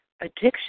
addiction